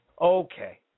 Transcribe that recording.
Okay